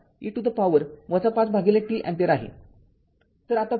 ४ e to the power ५t ampere आहे